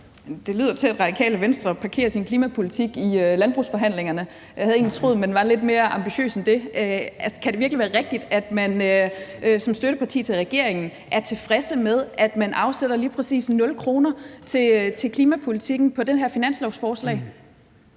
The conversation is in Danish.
Det lyder til, at Det Radikale Venstre parkerer sin klimapolitik i landbrugsforhandlingerne. Jeg havde egentlig troet, at man var lidt mere ambitiøs end det. Kan det virkelig være rigtigt, at man som støtteparti til regeringen er tilfreds med, at man afsætter lige præcis 0 kr. til klimapolitikken på det her finanslovsforslag?